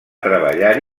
treballar